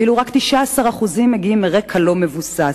ורק 19% מגיעים מרקע לא מבוסס,